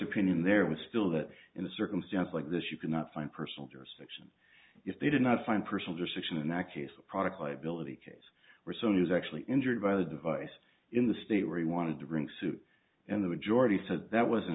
opinion there was still that in a circumstance like this you cannot find personal jurisdiction if they did not find personal decision in that case a product liability case were so news actually injured by the device in the state where he wanted to bring suit and the majority said that wasn't